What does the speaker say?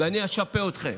ואני אשפה אתכם.